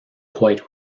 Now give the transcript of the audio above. quite